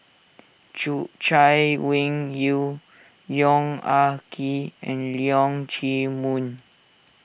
Chay Weng Yew Yong Ah Kee and Leong Chee Mun